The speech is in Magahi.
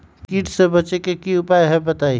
कीट से बचे के की उपाय हैं बताई?